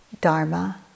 dharma